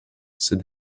sed